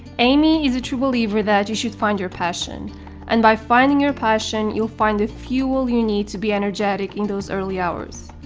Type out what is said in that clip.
amy is a true believer that you should find your passion and by finding your passion, you'll find the fuel you need to be energetic in those early hours.